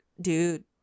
dude